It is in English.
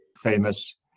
famous